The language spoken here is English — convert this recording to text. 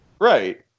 Right